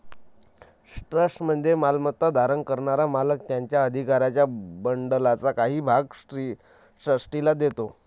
ट्रस्टमध्ये मालमत्ता धारण करणारा मालक त्याच्या अधिकारांच्या बंडलचा काही भाग ट्रस्टीला देतो